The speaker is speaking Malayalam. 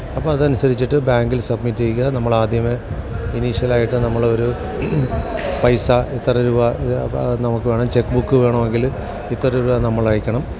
അപ്പം അതനുസരിച്ചിട്ട് ബാങ്കില് സബ്മിറ്റ് ചെയ്യുക നമ്മളാദ്യമേ ഇനിഷ്യലായിട്ട് നമ്മളൊരു പൈസ ഇത്ര രൂപ ഇത് അപ്പം അത് നമുക്കു വേണം ചെക്ക് ബുക്ക് വേണമെങ്കിൽ ഇത്ര രൂപ നമ്മളയക്കണം